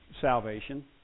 salvation